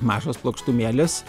mažos plokštumėlės